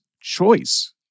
choice